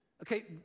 Okay